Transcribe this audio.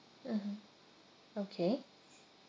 mmhmm okay